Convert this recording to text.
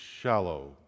shallow